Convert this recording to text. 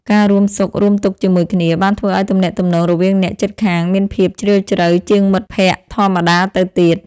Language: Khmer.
ការរួមសុខរួមទុក្ខជាមួយគ្នា បានធ្វើឱ្យទំនាក់ទំនងរវាងអ្នកជិតខាងមានភាពជ្រាលជ្រៅជាងមិត្តភក្តិធម្មតាទៅទៀត។